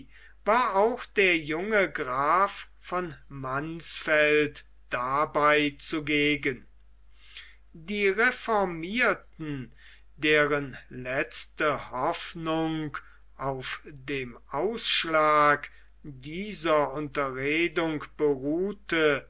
war auch der junge graf von mansfeld dabei zugegen die reformierten deren letzte hoffnung auf dem ausschlag dieser unterredung beruhte